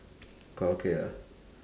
karaoke ah